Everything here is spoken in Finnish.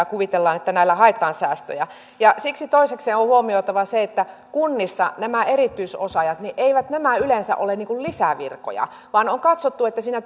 kuvitellaan että näillä haetaan säästöjä siksi toisekseen on on huomioitava se että kunnissa nämä erityisosaajat eivät yleensä ole lisävirkoja vaan on katsottu että siinä